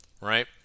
right